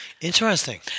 Interesting